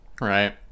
Right